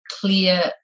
clear